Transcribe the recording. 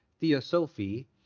Theosophy